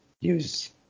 use